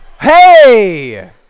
hey